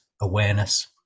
awareness